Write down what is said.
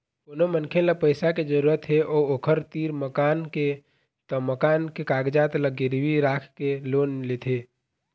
कोनो मनखे ल पइसा के जरूरत हे अउ ओखर तीर मकान के त मकान के कागजात ल गिरवी राखके लोन लेथे